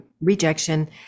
rejection